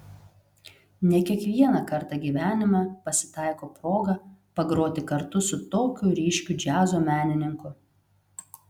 ne kiekvieną kartą gyvenime pasitaiko proga pagroti kartu su tokiu ryškiu džiazo menininku